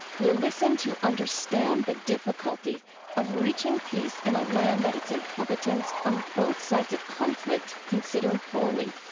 we'll listen to understand the difficulty of reaching peace in a land that its inhabitants, on both sides of conflict, consider holy